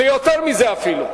ויותר מזה אפילו.